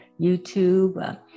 YouTube